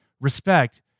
respect